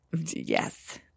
Yes